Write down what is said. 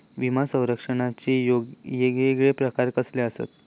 विमा सौरक्षणाचे येगयेगळे प्रकार कसले आसत?